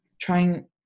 trying